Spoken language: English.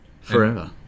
forever